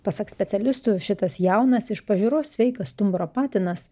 pasak specialistų šitas jaunas iš pažiūros sveikas stumbro patinas